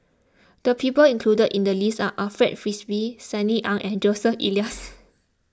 the people included in the list are Alfred Frisby Sunny Ang and Joseph Elias